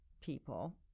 people